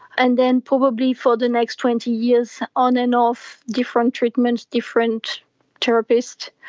and then probably for the next twenty years on and off different treatments, different therapists.